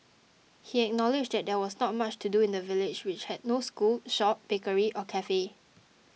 he acknowledged there was not much to do in the village which has no school shop bakery or cafe